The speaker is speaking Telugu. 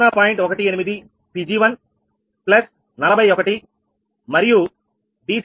18 Pg141మరియు dC2dPg20